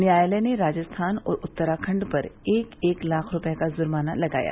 न्यायालय ने राजस्थान और उत्तराखंड पर एक एक लाख रुपये का जुर्माना लगाया